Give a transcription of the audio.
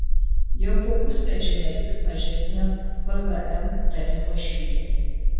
jau po pusmečio neliks mažesnio pvm tarifo šildymui